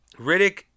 Riddick